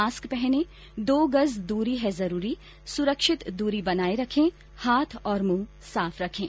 mask पहनें दो गज की दूरी है जरूरी सुरक्षित दूरी बनाए रखें हाथ और मुंह साफ रखें